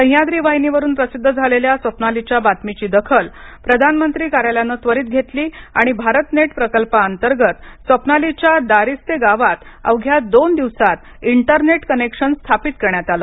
सह्याद्री वाहिनीवरून प्रसिद्ध झालेल्या स्वप्नालीच्या बातमीची दखल प्रधानमंत्री कार्यालयान त्वरित घेतली आणि भारत नेट प्रकल्प अंतर्गत स्वप्नालीच्या दारिस्ते गावात अवघ्या दोन दिवसात इंटरनेट कनेक्शन स्थापित करण्यात आलं